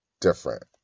different